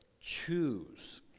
choose